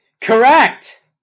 Correct